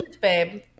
Babe